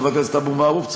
חבר הכנסת אבו מערוף,